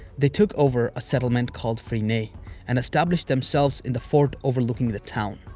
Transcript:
they took over a settlement called freinet and established themselves in the fort overlooking the town.